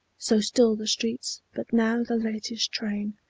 so still the streets but now the latest train,